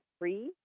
free